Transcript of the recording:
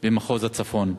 במחוז הצפון.